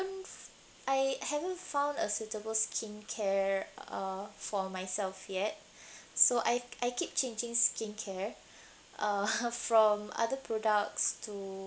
I haven't found a suitable skincare uh for myself yet so I I keep changing skincare uh from other products to